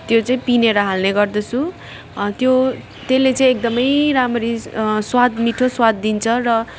त्यो चाहिँ पिँधेर हाल्ने गर्दछु त्यो त्यसले चाहिँ एकदम राम्ररी स्वाद मिठो स्वाद दिन्छ र